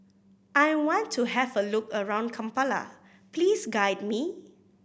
I want to have a look around Kampala please guide me